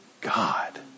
God